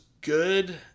good